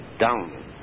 down